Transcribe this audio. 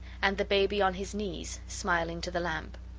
and the baby on his knees smiling to the lamp.